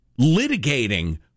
Litigating